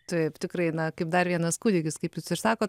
taip tikrai na kaip dar vienas kūdikis kaip jūs ir sakot